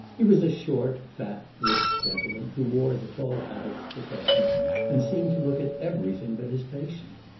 he was a short, fat, brisk gentleman who wore the tall hat of his profession and seemed to look at everything but his patient.